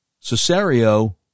Cesario